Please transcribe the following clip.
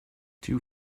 two